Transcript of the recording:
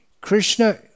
Krishna